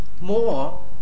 more